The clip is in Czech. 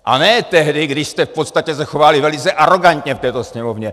A ne tehdy, když jste se v podstatě zachovali velice arogantně v této Sněmovně.